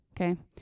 Okay